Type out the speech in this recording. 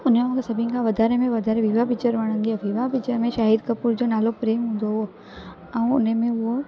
हुन जो मूंखे सभिनि खां वाधारे में वाधारे विवाह पिचर वणंदी आहे विवाह पिचर में शाहिद कपूर जो नालो प्रेम हूंदो हुओ ऐं उने में उहो